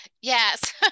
Yes